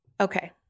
Okay